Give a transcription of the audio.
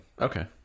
okay